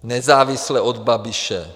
Nezávisle od Babiše.